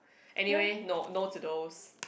anyway no no to those